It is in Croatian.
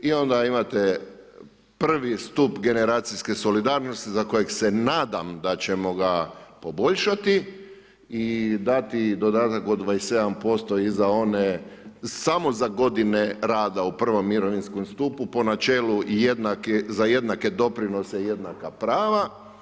I onda imate prvi stup generacijske solidarnosti za kojeg se nadam da ćemo ga poboljšati i dati dodatak i od 27% i za one samo za godine rada u prvom mirovinskom stupu po načelu za jednake doprinose jednaka prava.